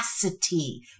capacity